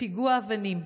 לפיגוע אבנים.